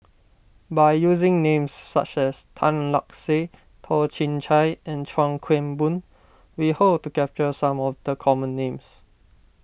by using names such as Tan Lark Sye Toh Chin Chye and Chuan Keng Boon we hope to capture some of the common names